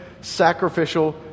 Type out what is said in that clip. sacrificial